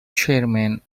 chairman